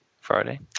Friday